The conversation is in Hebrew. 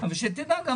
חבר